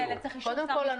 קודם כול,